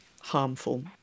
harmful